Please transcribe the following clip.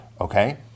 okay